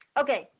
Okay